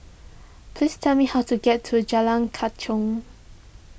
please tell me how to get to Jalan Kechot